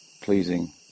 pleasing